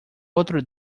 otro